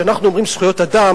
כשאנחנו אומרים "זכויות אדם",